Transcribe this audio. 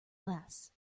less